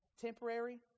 Temporary